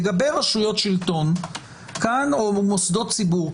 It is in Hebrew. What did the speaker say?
לגבי רשויות שלטון או מוסדות ציבור,